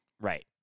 right